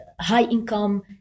high-income